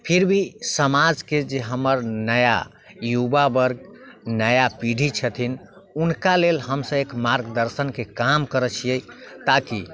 फिर भी समाजके जे हमर नया युवा वर्ग नया पीढ़ी छथिन हुनका लेल हमसब एक मार्गदर्शनके काम कार्य छियै ताकि उ